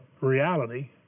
reality